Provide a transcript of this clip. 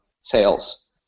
sales